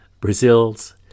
Brazil's